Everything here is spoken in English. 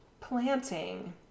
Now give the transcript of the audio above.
planting